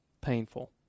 painful